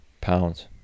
Pounds